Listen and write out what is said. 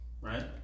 Right